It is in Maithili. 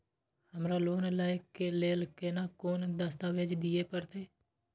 हमरा लोन लय के लेल केना कोन दस्तावेज दिए परतै?